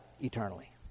eternally